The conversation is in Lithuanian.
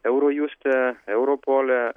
eurojuste europole